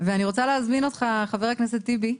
ואני רוצה להזמין אותך, חבר הכנסת טיבי,